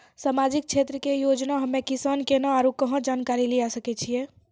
समाजिक क्षेत्र के योजना हम्मे किसान केना आरू कहाँ जानकारी लिये सकय छियै?